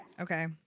Okay